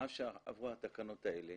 מאז שעברו התקנות האלה